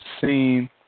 seen